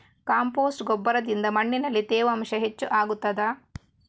Compost ಗೊಬ್ಬರದಿಂದ ಮಣ್ಣಿನಲ್ಲಿ ತೇವಾಂಶ ಹೆಚ್ಚು ಆಗುತ್ತದಾ?